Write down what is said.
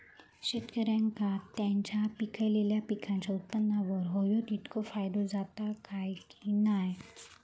शेतकऱ्यांका त्यांचा पिकयलेल्या पीकांच्या उत्पन्नार होयो तितको फायदो जाता काय की नाय?